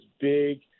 big